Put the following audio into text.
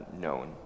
known